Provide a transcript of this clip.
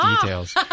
details